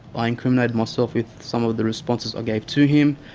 i incriminated myself with some of the responses i gave to him.